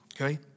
okay